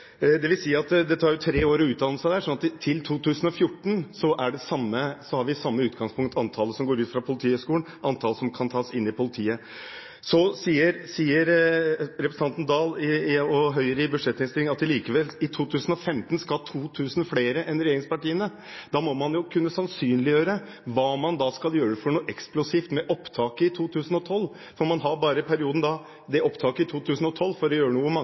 Det tar tre år å utdanne seg der, slik at vi i 2014 har samme utgangspunkt – antallet som går ut fra Politihøgskolen, er lik antallet som kan tas inn i politiet. Så sier representanten Oktay Dahl og Høyre i budsjettinnstillingen at de i 2015 likevel skal ha 2 000 flere politifolk enn regjeringspartiene. Da må man kunne sannsynliggjøre hva man skal gjøre for noe eksplosivt med opptaket i 2012 for å få 2 000 flere i 2015. Man har i denne perioden bare opptaket i 2012 til å gjøre noe med hvor mange